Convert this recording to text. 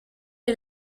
est